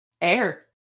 air